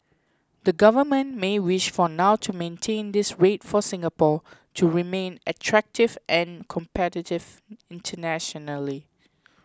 the government may wish for now to maintain this rate for Singapore to remain attractive and competitive internationally